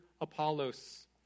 Apollos